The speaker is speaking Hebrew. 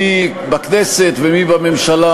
מי בכנסת ומי בממשלה,